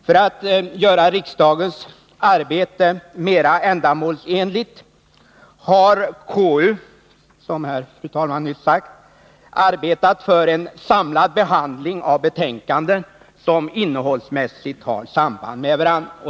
För att göra riksdagens arbete mera ändamålsenligt har KU arbetat för en samlad behandling av betänkanden som innehållsmässigt har samband med varandra.